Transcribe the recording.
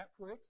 Netflix